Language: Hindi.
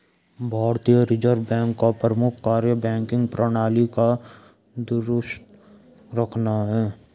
भारतीय रिजर्व बैंक का प्रमुख कार्य बैंकिंग प्रणाली को दुरुस्त रखना है